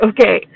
Okay